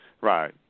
right